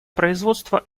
производство